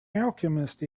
alchemist